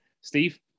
Steve